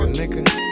nigga